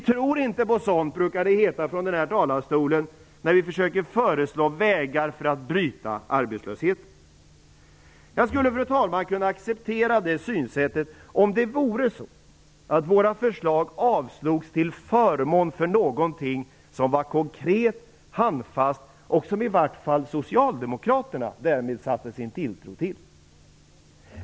Vi tror inte på sådant, brukar det heta när man talar från denna talarstol i samband med att vi försöker föreslå vägar för att bryta arbetslösheten. Jag skulle kunna acceptera det synsättet om våra förslag avslogs till förmån för något som var konkret, handfast och som i varje fall Socialdemokraterna därmed satte tilltro till.